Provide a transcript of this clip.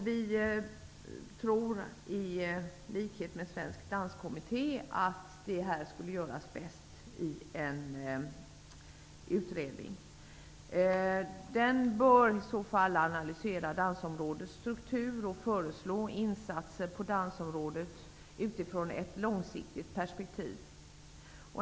Vi tror, i likhet med Svensk danskommitté, att detta skulle göras bäst i en utredning. Den bör i så fall analysera dansområdets struktur och föreslå insatser på dansområdet utifrån ett långsiktigt perspektiv.